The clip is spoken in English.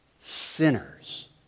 sinners